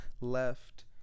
left